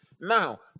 Now